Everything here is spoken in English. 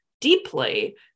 deeply